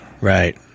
Right